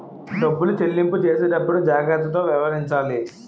డబ్బులు చెల్లింపు చేసేటప్పుడు జాగ్రత్తతో వ్యవహరించాలి